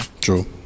True